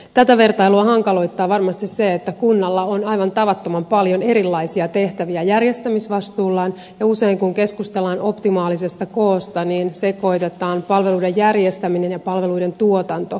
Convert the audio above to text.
tätä vertailua hankaloittaa varmasti se että kunnalla on aivan tavattoman paljon erilaisia tehtäviä järjestämisvastuullaan ja usein kun keskustellaan optimaalisesta koosta sekoitetaan palveluiden järjestäminen ja palveluiden tuotanto keskenään